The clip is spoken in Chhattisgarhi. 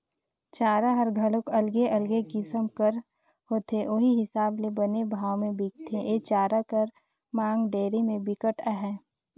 चारा हर घलोक अलगे अलगे किसम कर होथे उहीं हिसाब ले बने भाव में बिकथे, ए चारा कर मांग डेयरी में बिकट अहे